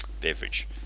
beverage